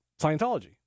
Scientology